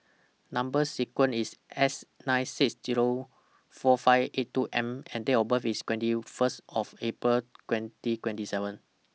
Number sequence IS S nine six Zero four five eight two M and Date of birth IS twenty First of April twenty twenty seven